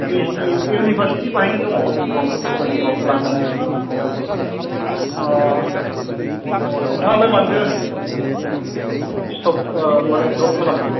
P ओइत्स the university बेवहायनो दङ बेयावनो फरायनो बेयावनो लानोसै औ अ नोंथाङालाय मानोथो स्थप माने द्रप खालामखो